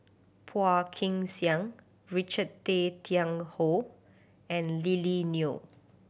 Phua Kin Siang Richard Tay Tian Hoe and Lily Neo